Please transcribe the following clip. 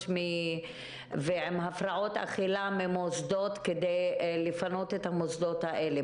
עם הפרעות אכילה ממוסדות כדי לפנות את המוסדות האלה.